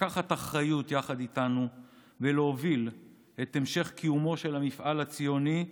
לקחת אחריות יחד איתנו ולהוביל את המשך קיומו של המפעל הציוני,